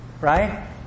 right